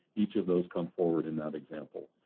each of those comes forward in that example.